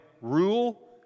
rule